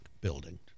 building